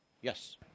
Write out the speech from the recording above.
Yes